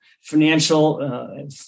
financial